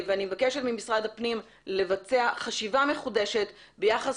אני מבקשת ממשרד הפנים לבצע חשיבה מחודשת ביחס